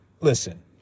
listen